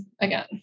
again